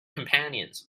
companions